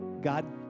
God